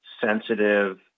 sensitive